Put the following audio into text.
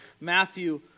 Matthew